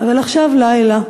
אבל עכשיו לילה.